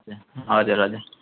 हजुर हजुर